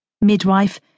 midwife